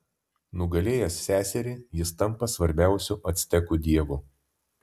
nugalėjęs seserį jis tampa svarbiausiu actekų dievu